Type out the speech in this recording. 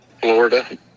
Florida